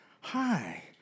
Hi